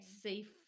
safe